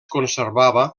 conservava